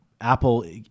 Apple